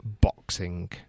boxing